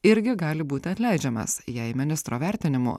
irgi gali būti atleidžiamas jei ministro vertinimu